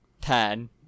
ten